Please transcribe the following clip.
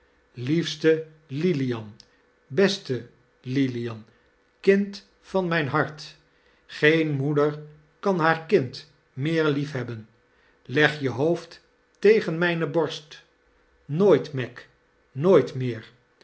liefste lilian beste lilian kind van mijn hart geen moeder kan haar kind meer lief hebben leg je hoofd tegen mijne borst nooit meg nooit meer